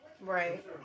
Right